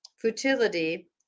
futility